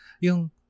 yung